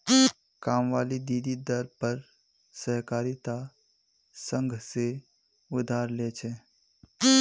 कामवाली दीदी दर पर सहकारिता संघ से उधार ले छे